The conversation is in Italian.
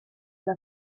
alla